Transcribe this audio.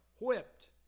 whipped